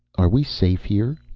are we safe here?